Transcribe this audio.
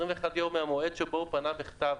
21 יום מהמועד שבו הוא פנה בכתב.